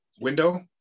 window